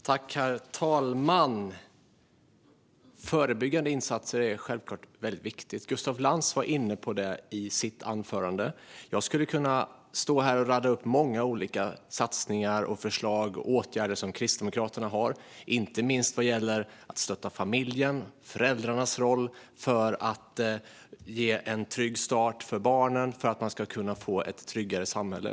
Herr talman! Förbyggande insatser är självklart viktigt. Gustaf Lantz var inne på det i sitt anförande. Jag skulle kunna stå här och rada upp många olika satsningar, förslag och åtgärder som Kristdemokraterna har, inte minst när det gäller att stötta familjen och föräldrarnas roll för att ge en trygg start för barnen och för att vi ska kunna få ett tryggare samhälle.